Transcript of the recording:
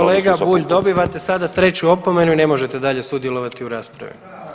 Kolega Bulj, dobivate sada 3. opomenu i ne možete dalje sudjelovati u raspravi.